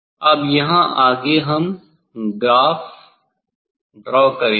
अब यहाँ आगे हम ग्राफ ड्रा करेंगे